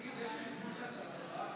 נשיאים ורוח וגשם